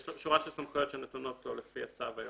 סמכויות שנתונות לו לפי הצו היום.